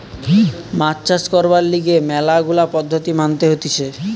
মাছ চাষ করবার লিগে ম্যালা গুলা পদ্ধতি মানতে হতিছে